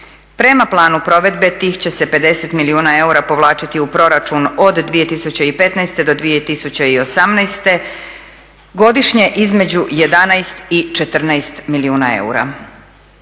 Prema planu provedbe tih će se 50 milijuna eura povlačiti u proračun od 2015.do 2018., godišnje između 11 i 14 milijuna eura.